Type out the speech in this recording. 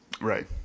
Right